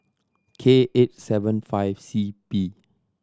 K eight seven five C P